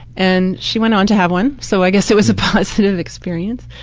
and she went on to have one so i guess it was a positive experience.